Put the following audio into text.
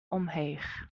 omheech